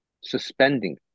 suspending